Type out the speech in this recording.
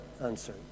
answer